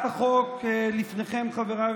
אז רק כשזה מתאים לכם אתם משתמשים